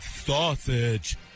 sausage